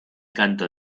canto